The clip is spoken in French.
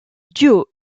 duo